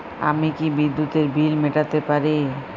আমি কি বিদ্যুতের বিল মেটাতে পারি?